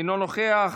אינו נוכח,